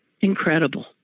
incredible